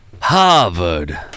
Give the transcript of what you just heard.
Harvard